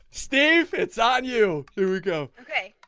steve. it's on you here. we go. okay.